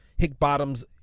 Hickbottom's